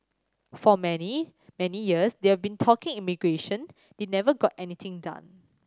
for many many years they've been talking immigration they never got anything done